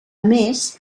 més